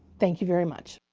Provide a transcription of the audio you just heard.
thank you very much.